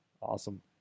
awesome